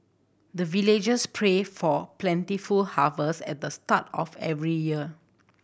the villagers pray for plentiful harvest at the start of every year